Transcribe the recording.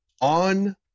on